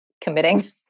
committing